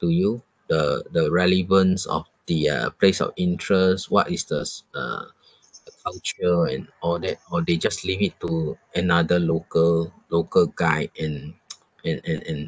to you the the relevance of the uh place of interest what is the s~ uh the culture and all that or they just leave it to another local local guide and and and and